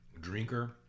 drinker